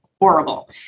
horrible